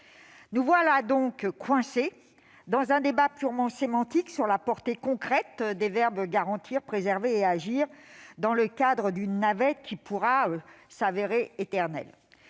Nous voilà donc coincés dans un débat purement sémantique sur la portée concrète des verbes « garantir »,« préserver » et « agir », dans le cadre d'une navette qui pourrait se poursuivre éternellement.